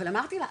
אבל אמרתי לה,